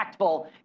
impactful